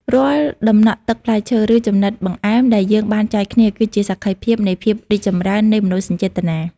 រាល់ដំណក់ទឹកផ្លែឈើ ឬចំណិតបង្អែមដែលយើងបានចែកគ្នា គឺជាសក្ខីភាពនៃភាពរីកចម្រើននៃមនោសញ្ចេតនា។